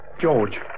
George